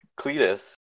Cletus